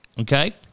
Okay